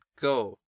go